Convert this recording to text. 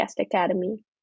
Academy